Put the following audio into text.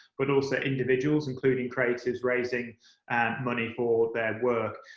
but also individuals, including creatives raising money for their work.